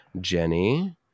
Jenny